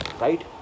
right